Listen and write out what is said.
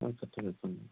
আচ্ছা ঠিক আছে ধন্যবাদ